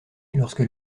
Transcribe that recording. lorsque